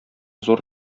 зур